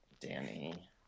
Danny